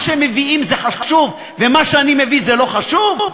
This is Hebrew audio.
מה שהם מביאים זה חשוב ומה שאני מביא זה לא חשוב?